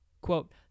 quote